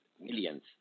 millions